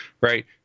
right